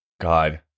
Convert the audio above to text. god